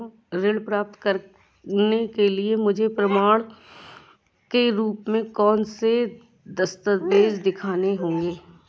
ऋण प्राप्त करने के लिए मुझे प्रमाण के रूप में कौन से दस्तावेज़ दिखाने होंगे?